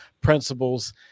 principles